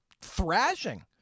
thrashing